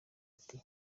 ati